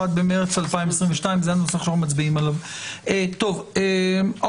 1 במרץ 2022. זה הנוסח שאנחנו מצביעים עליו או לפני.